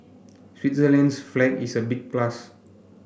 Switzerland's flag is a big plus